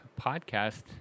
podcast